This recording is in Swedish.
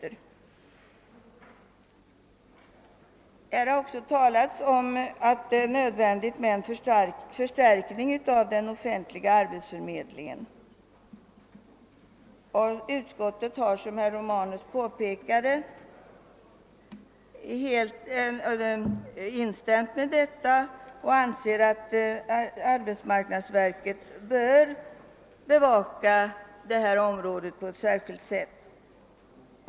Det har här också talats om att det är nödvändigt med en förstärkning av den offentliga arbetsförmedlingen. I utskottsutlåtandet instämmer man, som herr Romanus påpekade, helt i detta och anser att AMS på ett särskilt sätt bör bevaka detta område.